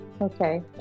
Okay